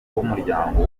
w’umuryango